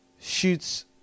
shoots